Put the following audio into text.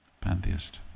pantheist